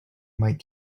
might